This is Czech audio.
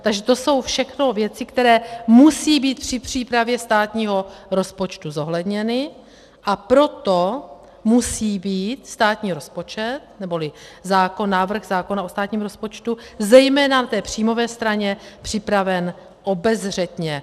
Takže to jsou všechno věci, které musí být při přípravě státního rozpočtu zohledněny, a proto musí být státní rozpočet neboli návrh zákona o státním rozpočtu zejména v té příjmové straně připraven obezřetně.